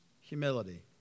humility